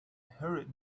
hurried